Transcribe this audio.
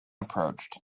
approached